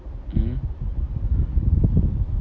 mmhmm